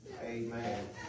Amen